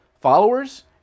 Followers